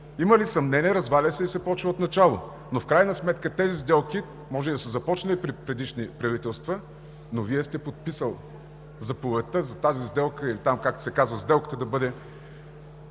Има ли съмнение, разваля се и се започва отначало. В крайна сметка тези сделки може и да са започнали при предишни правителства, но Вие сте подписали заповедта за тях, или там както се казват сделките, те